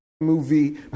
movie